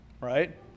right